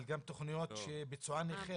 גם תכניות שביצוען החל.